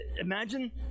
Imagine